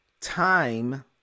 time